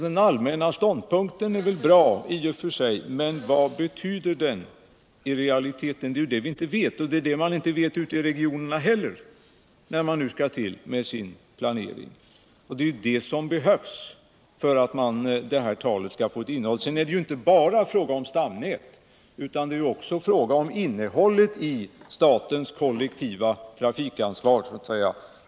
Den allmänna ståndpunkten är väl bra i och för sig men vad den betyder i realiteten vet vi inte. Det vet man inte ute i regionerna heller när man nu skall igångsätta sin planering. Det är detta som behövs för att talet därom skall få ett innehåll. Det är inte bara fråga om stamnät, utan det är också fråga om innehållet i statens kollektiva trafikansvar.